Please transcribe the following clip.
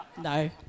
no